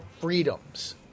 freedoms